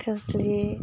खोस्लि